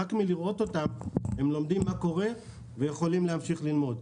רק מלראות אותן הם לומדים מה קורה ויכולים להמשיך ללמוד.